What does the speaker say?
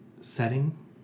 setting